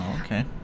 Okay